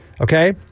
okay